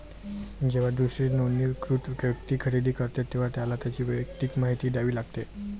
जेव्हा दुसरी नोंदणीकृत व्यक्ती खरेदी करते, तेव्हा त्याला त्याची वैयक्तिक माहिती द्यावी लागते